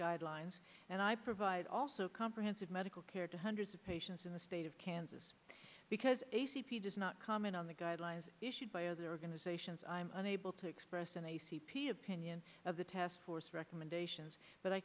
guidelines and i provide also comprehensive medical care to hundreds of patients in the state of kansas because a c p does not comment on the guidelines issued by other organizations i'm unable to express an a c p opinion of the task force recommendations but i